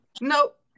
Nope